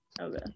Okay